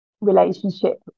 relationship